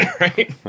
right